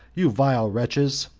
you vile wretches,